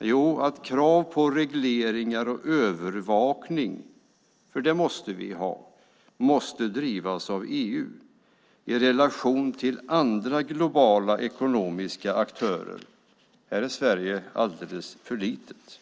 Jo, att krav på regleringar och övervakning, för det måste vi ha, måste drivas av EU i relation till andra globala ekonomiska aktörer. Här är Sverige alldeles för litet.